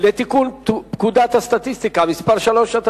לתיקון פקודת הסטטיסטיקה (מס' 3),